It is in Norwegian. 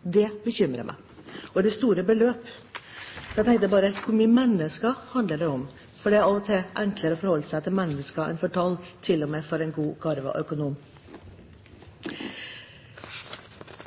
resultatene, bekymrer meg. Og det er store beløp. Jeg tenker bare: Hvor mange mennesker handler det om? For det er av og til enklere å forholde seg til mennesker enn til tall, til og med for en god, garvet økonom.